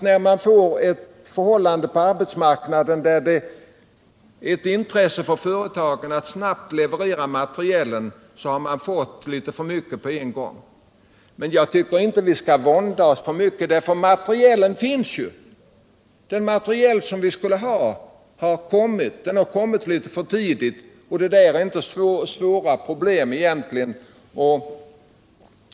När man fått ett förhållande på arbetsmarknaden då företagen haft ett intresse av att snabbt leverera materielen, har man fått litet för mycket på en gång. Men jag tycker inte vi skall våndas över det. Den materiel, som vi skulle ha, finns ju; den har kommit litet för tidigt. Det är egentligen inte något svårt problem.